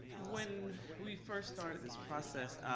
when we first started this process,